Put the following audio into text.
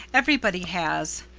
everybody has.